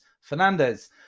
Fernandez